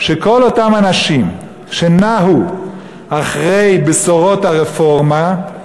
שכל אותם אנשים שנהו אחרי בשורות הרפורמה,